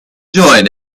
join